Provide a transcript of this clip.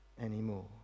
anymore